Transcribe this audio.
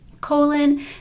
colon